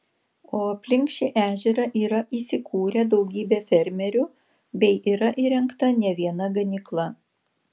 o alpink šį ežerą yra įsikūrę daugybę fermerių bei yra įrengta ne viena ganykla